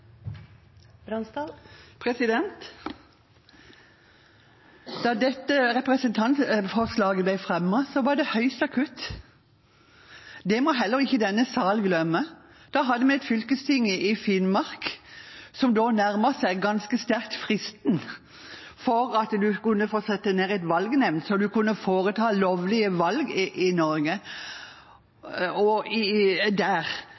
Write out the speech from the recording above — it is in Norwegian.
Da dette representantforslaget ble fremmet, var det høyst akutt. Det må heller ikke denne salen glemme. Da hadde vi et fylkesting i Finnmark som nærmet seg ganske sterkt fristen for at man kunne få sette ned en valgnemnd så man kunne foreta lovlige valg i Norge.